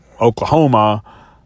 Oklahoma